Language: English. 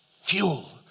fuel